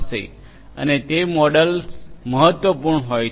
અને તે મોડલ્સ મહત્વપૂર્ણ હોય છે